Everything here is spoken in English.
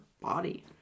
body